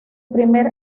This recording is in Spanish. primer